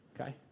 okay